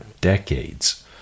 decades